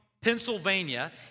Pennsylvania